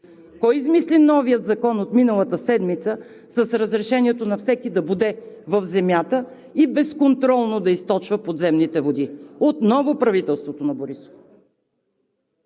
Кой измисли новия закон от миналата седмица с разрешението на всеки да боде в земята и безконтролно да източва подземните води? Отново правителството на Борисов.